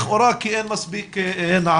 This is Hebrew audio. לכאורה כי אין מספיק נערות.